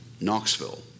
Knoxville